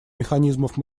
механизмов